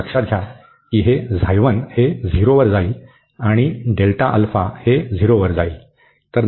आणि लक्षात घ्या की हे हे 0 वर जाईल आणि हे 0 वर जाईल